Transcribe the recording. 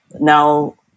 now